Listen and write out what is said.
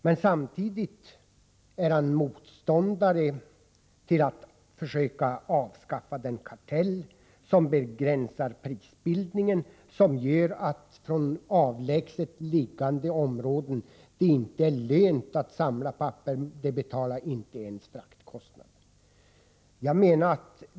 Men samtidigt är han motståndare till att försöka avskaffa den kartell som begränsar prisbildningen, vilket gör att det inte lönar sig att samla in papper från avlägset liggande områden. Priset täcker inte ens fraktkostnaderna.